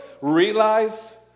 realize